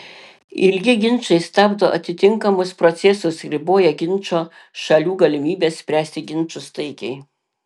ilgi ginčai stabdo atitinkamus procesus riboja ginčo šalių galimybes spręsti ginčus taikiai